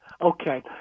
Okay